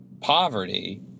poverty